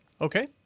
Okay